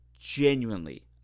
genuinely